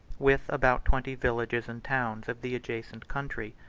with about twenty villages and towns of the adjacent country.